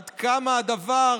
עד כמה הדבר